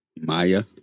Maya